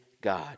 God